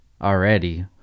already